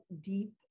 deep